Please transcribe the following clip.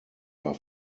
are